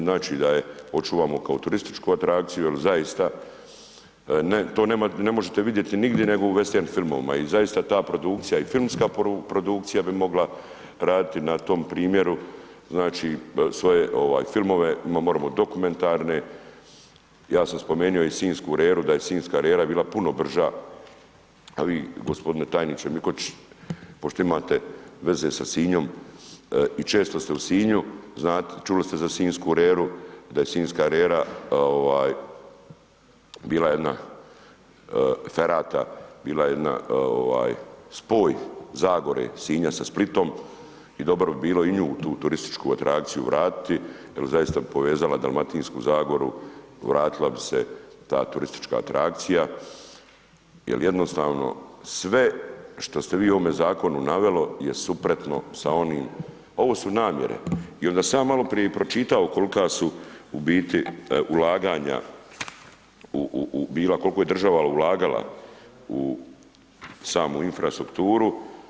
Znači da je očuvamo kao turističku atrakciju jer zaista ne, to ne možete vidjeti nigdje nego u vestern filmovima i zaista ta produkcija i filmska produkcija bi mogla raditi na tom primjeru, znači svoje ovaj filmove, moremo dokumentarne, ja sam spomenuo i sinjsku reru, da je sinjska rera bila puno brža, a vi gospodine tajniče Mikoć, pošto imate veze sa Sinjom i često ste u Sinju znate čuli ste za sinjsku reru, da je sinjska rera ovaj bila jedna ferata, bila jedna ovaj spoj Zagore Sinja sa Splitom i dobro bi bilo i nju u tu turističku atrakciju vratiti jer zaista bi povezala Dalmatinsku zagoru, vratila bi se ta turistička atrakcija jer jednostavno sve što ste vi u ovome zakonu navelo je suprotno sa onim, ovo su namjere i onda sam ja maloprije i pročitao kolka su u biti ulaganja u, bila, kolko je država ulagala u samu infrastrukturu.